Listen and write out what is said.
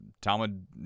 Talmud